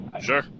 Sure